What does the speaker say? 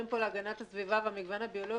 פה על הגנת הסביבה והמגוון הביולוגי,